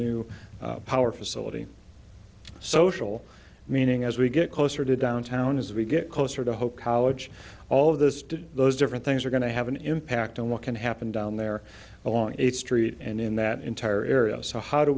new power facility social meaning as we get closer to downtown as we get closer to hope college all of this did those different things are going to have an impact on what can happen down there along eighth street and in that entire area so how do